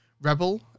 Rebel